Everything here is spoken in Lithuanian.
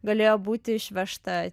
galėjo būti išvežta